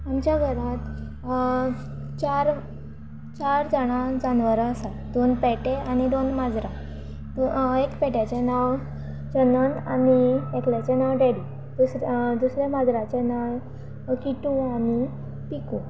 आमच्या घरांत चार चार जाणां जानवरां आसात दोन पेटे आनी दोन माजरां एक पेट्याचें नांव चनन आनी एकल्याचें नांव डेडी दुसऱ्या दुसऱ्या माजराचें नांव किटू आनी पिकू